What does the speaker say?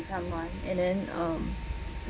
someone and then um